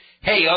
Hey